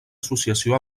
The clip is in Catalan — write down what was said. associació